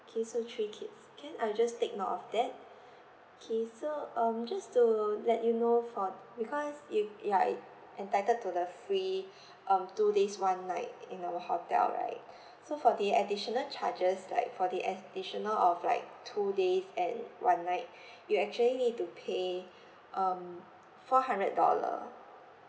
K so three kids can I will just take note of that K so um just to let you know for because you you are i~ entitled to the free um two days one night in our hotel right so for the additional charges like for the additional of like two days and one night you actually need to pay um four hundred dollar